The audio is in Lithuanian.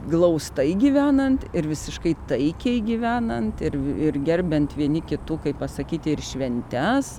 glaustai gyvenant ir visiškai taikiai gyvenant ir ir gerbiant vieni kitų kaip pasakyti ir šventes